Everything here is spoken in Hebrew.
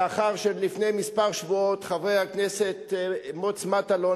לאחר שלפני כמה שבועות חברי הכנסת מוץ מטלון